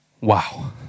wow